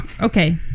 okay